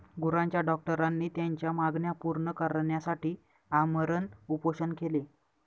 गुरांच्या डॉक्टरांनी त्यांच्या मागण्या पूर्ण करण्यासाठी आमरण उपोषण केले